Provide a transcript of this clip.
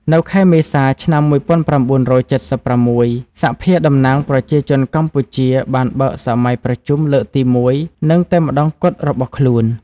នៅខែមេសា ឆ្នាំ១៩៧៦ សភាតំណាងប្រជាជនកម្ពុជា បានបើកសម័យប្រជុំលើកទីមួយនិងតែម្ដងគត់របស់ខ្លួន។